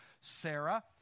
Sarah